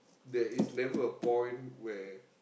there is never a point where